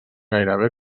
gairebé